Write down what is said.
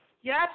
Yes